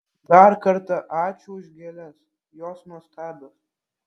dar kartą ačiū už gėles jos nuostabios